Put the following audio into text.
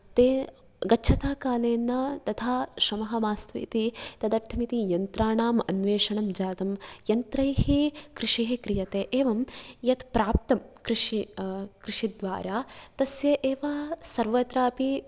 ते गच्छता कालेन तथा श्रमः मास्तु इति तदर्थमिति यन्त्राणां अन्वेषणं जातं यन्त्रैः कृषिः क्रियते एवं यत् प्राप्तं कृषि कृषिद्वारा तस्य एव सर्वत्रापि